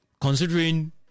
considering